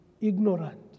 ignorant